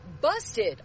busted